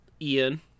Ian